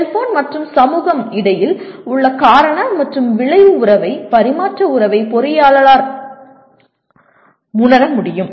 cellphone மற்றும் சமூகம் இடையில் உள்ள காரண மற்றும் விளைவு உறவை பரிமாற்ற உறவை பொறியியலாளரால் உணர முடியும்